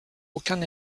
aucun